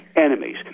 enemies